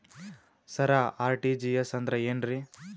ಸರ RTGS ಅಂದ್ರ ಏನ್ರೀ?